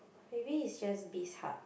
maybe is just Bizhub